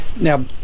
Now